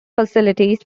facilities